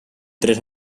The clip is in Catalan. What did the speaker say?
tres